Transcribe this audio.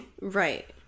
Right